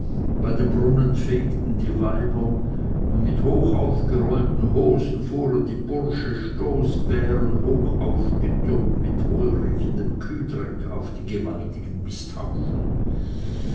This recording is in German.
bei den brunnen fegten die weiber und mit hochaufgerollten hosen fuhren die bursche stoßbären hochaufgetürmt mit wohlriechendem kühd ck auf die gewaltigen misthaufen